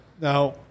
Now